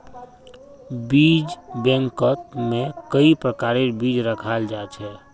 बीज बैंकत में कई प्रकारेर बीज रखाल जा छे